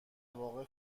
واقع